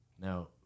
Now